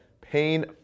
Pain